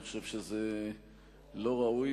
אני חושב שזה לא ראוי,